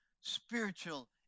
spiritual